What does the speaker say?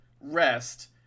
rest